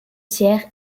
thiers